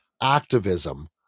activism